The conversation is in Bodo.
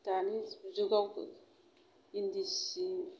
दानि जुगाव इन्दि सि